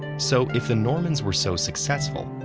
so if the normans were so successful,